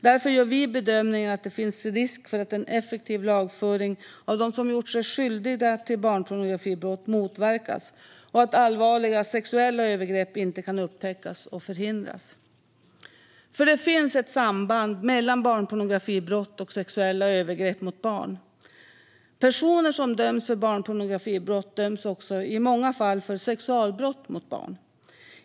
Därför gör vi bedömningen att det finns risk för att en effektiv lagföring av dem som gjort sig skyldiga till barnpornografibrott motverkas och att allvarliga sexuella övergrepp inte kan upptäckas och förhindras. För det finns ett samband mellan barnpornografibrott och sexuella övergrepp mot barn. Personer som döms för barnpornografibrott döms också i många fall för sexualbrott mot barn.